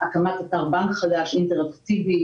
הקמת אתר בנק חדש אינטראקטיבי,